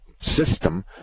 system